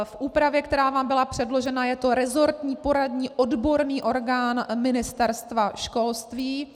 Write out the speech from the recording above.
V úpravě, která vám byla předložena, je to rezortní poradní odborný orgán Ministerstva školství.